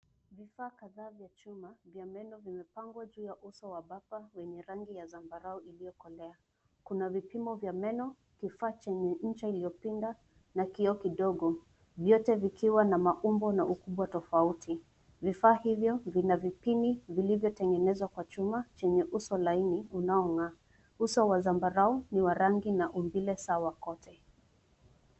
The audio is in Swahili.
Vifaa kadhaa vya chuma vya meno vimepangwa juu ya uso wa bapa yenye rangi ya zambarau iliyokolea. Kuna vipimo vya meno, kifaa chenye ncha iliyopinda, na kioo kidogo vyote vikiwa na maumbo na ukubwa tofauti. Vifaa hivyo vina vipini vilivyotengenezwa kwa chuma chenye uso laini unaong'aa. Uso wa zambarau ni wa rangi na umbile sawa kote.